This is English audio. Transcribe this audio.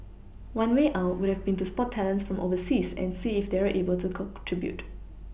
one way out would have been to spot talents from overseas and see if they're able to contribute